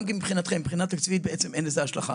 גם מבחינתכם, מבחינה תקציבית, אין לזה השלכה.